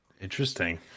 Interesting